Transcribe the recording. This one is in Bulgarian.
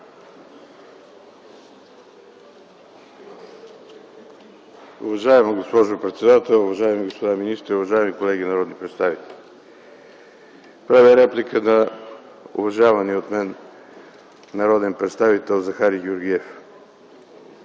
Уважаема госпожо председател, уважаеми господа министри, уважаеми колеги народни представители! Правя реплика на уважавания от мен народен представител Захари Георгиев.